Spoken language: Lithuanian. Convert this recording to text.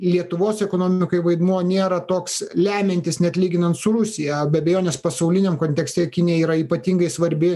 lietuvos ekonomikai vaidmuo nėra toks lemiantis net lyginant su rusija be abejonės pasauliniam kontekste kinija yra ypatingai svarbi